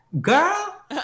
girl